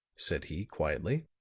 said he, quietly.